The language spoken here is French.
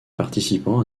participants